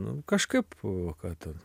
nu kažkaip ką ten